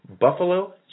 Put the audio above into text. Buffalo